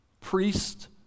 priest